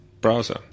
browser